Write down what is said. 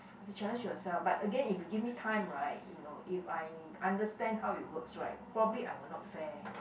is a challenge to yourself but again if you give me time right you know if I understand how it works right probably I will not fare